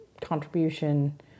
contribution